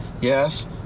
yes